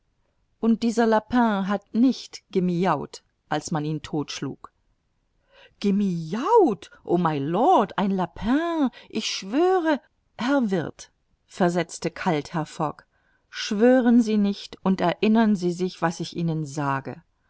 und dieser lapin hat nicht gemiaut als man ihn todt schlug gemiaut o mylord ein lapin ich schwöre herr wirth versetzte kalt herr fogg schwören sie nicht und erinnern sie sich was ich ihnen sage